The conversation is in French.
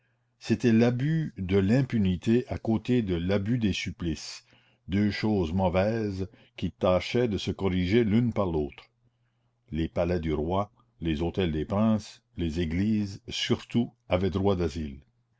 c'était l'abus de l'impunité à côté de l'abus des supplices deux choses mauvaises qui tâchaient de se corriger l'une par l'autre les palais du roi les hôtels des princes les églises surtout avaient droit d'asile